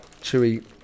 chewy